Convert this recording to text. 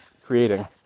creating